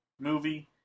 movie